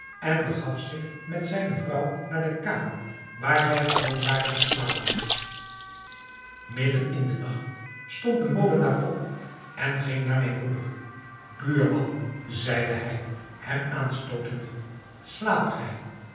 en begaf zich met zijne vrouw naar de kamer waar zij gewoon waren te slapen midden in den nacht stond de molenaar op en ging naar mijn broeder buurman zeide hij hem aanstootende slaapt gij